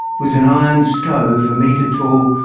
was an iron stove a metre tall,